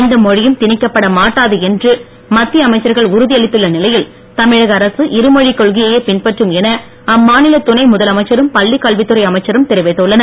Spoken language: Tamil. எந்த மொழியும் திணிக்கப்பட மாட்டாது என்று மத்திய அமைச்சர்கள் உறுதி அளித்துள்ள நிலையில் தமிழக அரசு இருமொழிக் கொள்கையையே பின்பற்றும் என அம்மாநில துணை முதலமைச்சரும் பள்ளிக் கல்வித்துறை அமைச்சரும் தெரிவித்துள்ளனர்